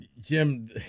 Jim